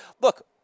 look